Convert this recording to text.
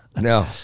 No